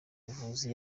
buvuzi